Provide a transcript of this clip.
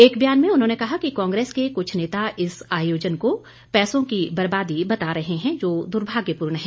एक बयान में उन्होंने कहा कि कांग्रेस के कुछ नेता इस आयोजन को पैसों की बर्बादी बता रहे हैं जो दुर्भाग्यपूर्ण है